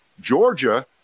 Georgia